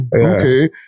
okay